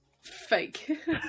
Fake